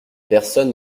personne